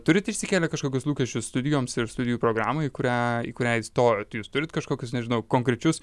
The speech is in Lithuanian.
turit išsikėlę kažkokius lūkesčius studijoms ir studijų programai kurią į kurią įstojot jūs turit kažkokius nežinau konkrečius